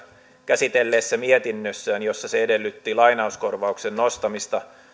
käsitelleessä mietinnössään jossa se edellytti lai nauskorvauksen nostamista